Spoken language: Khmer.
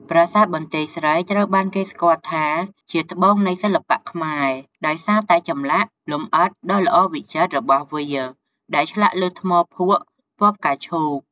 ប្រាសាទបន្ទាយស្រីត្រូវបានគេស្គាល់ថាជា "ត្បូងនៃសិល្បៈខ្មែរ" ដោយសារតែចម្លាក់លម្អិតដ៏ល្អវិចិត្ររបស់វា ដែលឆ្លាក់លើថ្មភក់ពណ៌ផ្កាឈូក។